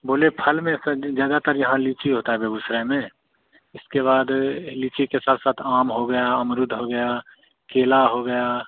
बोले फल में स ज़्यादातर यहाँ लीची होती है बेगूसराय में इसके बाद लीची के साथ साथ आम हो गया अमरूद हो गया केला हो गया